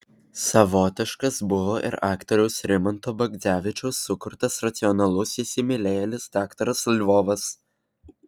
savotiškas buvo ir aktoriaus rimanto bagdzevičiaus sukurtas racionalus įsimylėjėlis daktaras lvovas